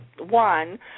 One